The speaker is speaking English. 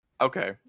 Okay